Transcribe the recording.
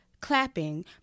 clapping